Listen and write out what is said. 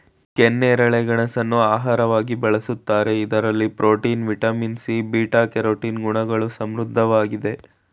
ಕೆನ್ನೇರಳೆ ಗೆಣಸನ್ನು ಆಹಾರವಾಗಿ ಬಳ್ಸತ್ತರೆ ಇದರಲ್ಲಿ protein, vitamin C, beta carotene ಗುಣಗಳು ಸಮೃದ್ಧವಾಗಿದೆ